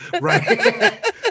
Right